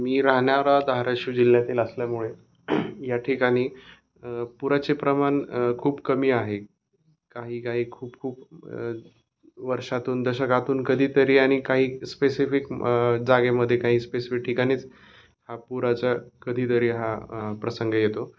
मी राहणारा धाराशिव जिल्ह्यातील असल्यामुळे या ठिकाणी पुराचे प्रमाण खूप कमी आहे काही काही खूप खूप वर्षातून दशकातून कधीतरी आणि काही स्पेसिफिक जागेमध्ये काही स्पेसिफिक ठिकाणीच हा पुराचा कधीतरी हा प्रसंग येतो